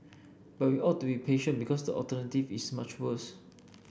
but we ought to be patient because the alternative is much worse